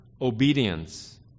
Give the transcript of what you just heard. obedience